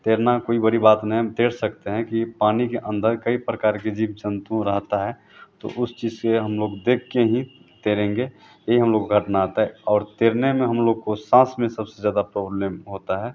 तैरना कोई बड़ी बात ना है हम तैर सकते हैं कि पानी के अंदर कई प्रकार के जीव जन्तु रहते हैं तो उस चीज़ को हम लोग देखकर ही तैरेंगे यह हम लोग को करना आता है और तैरने में हम लोग को साँस में सबसे ज़्यादा प्रॉब्लम होती है